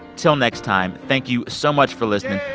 till next time. thank you so much for listening.